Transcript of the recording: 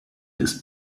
ist